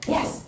Yes